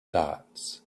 dots